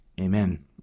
Amen